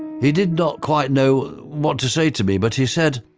he did not quite know what to say to me, but he said,